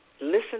listen